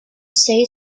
say